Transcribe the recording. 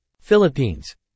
Philippines